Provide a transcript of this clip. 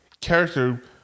character